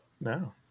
No